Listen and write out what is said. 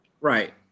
Right